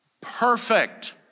Perfect